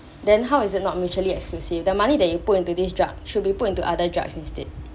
then how is it not mutually exclusive the money that you put into this drug should be put into other drugs instead